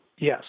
Yes